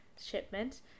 shipment